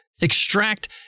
extract